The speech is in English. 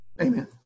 Amen